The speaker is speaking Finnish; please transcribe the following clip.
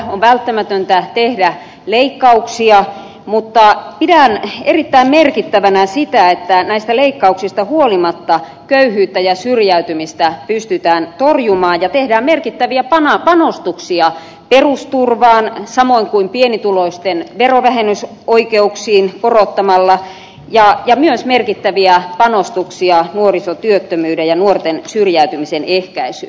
on välttämätöntä tehdä leikkauksia mutta pidän erittäin merkittävänä sitä että näistä leikkauksista huolimatta köyhyyttä ja syrjäytymistä pystytään torjumaan ja tehdään merkittäviä panostuksia perusturvaan samoin kuin pienituloisten verovähennysoikeuksiin niitä korottamalla ja myös merkittäviä panostuksia nuorisotyöttömyyden ja nuorten syrjäytymisen ehkäisyyn